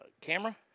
Camera